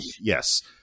yes